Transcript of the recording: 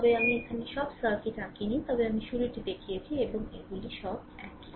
তবে এখানে আমি এখানে সব সার্কিট আঁকিনি তবে আমি শুরুটি দেখিয়েছি এবং এগুলি সব একই